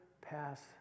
pass